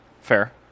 Fair